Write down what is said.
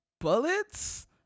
Bullets